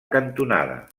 cantonada